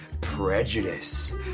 Prejudice